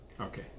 Okay